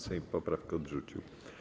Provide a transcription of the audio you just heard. Sejm poprawkę odrzucił.